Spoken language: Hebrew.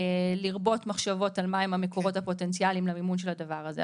לרבות מחשבות על מה הם המקורות הפוטנציאליים למימון של הדבר הזה,